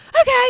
Okay